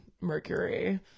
mercury